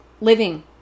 living